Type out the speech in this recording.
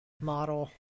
model